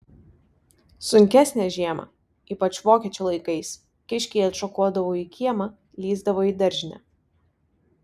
sunkesnę žiemą ypač vokiečių laikais kiškiai atšokuodavo į kiemą lįsdavo į daržinę